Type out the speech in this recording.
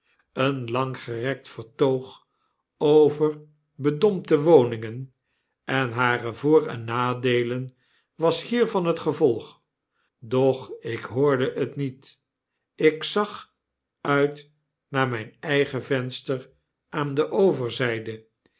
een langgerekt vertoog over bedompte woningen en hare voor en nadeelen was hiervan het gevolg doch ik hoorde het niet ik zag uit naar myn eigen venster aan de overzyde